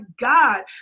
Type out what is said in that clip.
God